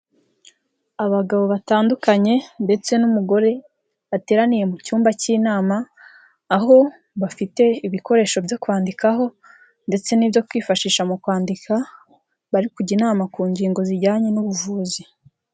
Abagabo batandukanye ndetse n'umugore bateraniye mu cyumba k'inama, aho bafite ibikoresho byo kwandikaho ndetse n'ibyo kwifashisha mu kwandika bari kujya inama ku ngingo zijyanye n'ubuvuzi.